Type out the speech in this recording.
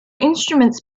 instruments